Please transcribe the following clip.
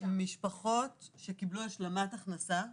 משפחות שקבלו השלמת הכנסה,